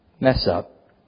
mess-up